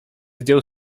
zdjął